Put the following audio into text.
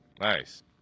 Nice